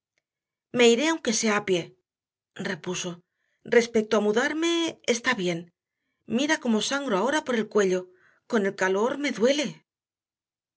me iré aunque sea a pie repuso respecto a mudarme está bien mira cómo sangro ahora por el cuello con el calor me duele